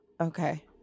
Okay